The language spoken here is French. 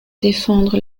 défendre